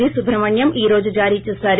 grow Subramanyam ఈ రోజు జారీచేశారు